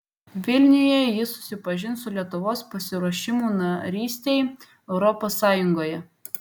vilniuje jis susipažins su lietuvos pasiruošimu narystei europos sąjungoje